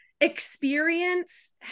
experience